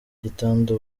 igitanda